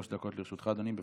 שלוש דקות לרשותך, אדוני, בבקשה.